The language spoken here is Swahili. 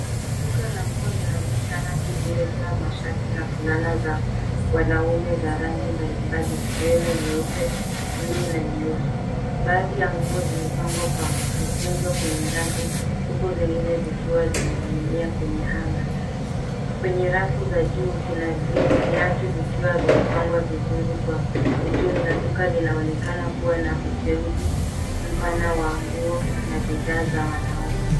Duka la nguo linaonyesha raki iliyojaa mashati na fulana za wanaume za rangi mbalimbali zikiwemo nyeupe, blue na nyeusi. Baadhi ya nguo zimepangwa kwa kukunjwa kwenye rafu huku zingine zikiwa zimening'inia kwenye hunger . Kwenye rafu za juu kuna viatu vikiwa vimepangwa vizuri kwa ujumla duka linaonekana kuwa na uteuzi mpana wa nguo na bidhaa za wanaume.